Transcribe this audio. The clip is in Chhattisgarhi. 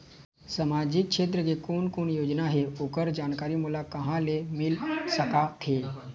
सामाजिक क्षेत्र के कोन कोन योजना हे ओकर जानकारी मोला कहा ले मिल सका थे?